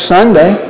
Sunday